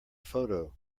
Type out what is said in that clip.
photo